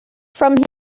from